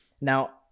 Now